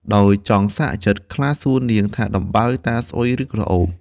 ដោយចង់សាកចិត្ត ខ្លាសួរនាងថាដំបៅតាស្អុយឬក្រអូប?